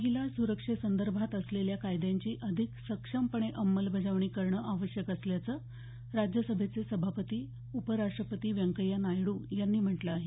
महिला सुरक्षे संदर्भात असलेल्या कायद्यांची अधिक सक्षमपणे अंमलबजावणी करणं आवश्यक असल्याचं राज्यसभेचे सभापती उपराष्ट्रपती व्यंकय्या नायडू यांनी म्हटलं आहे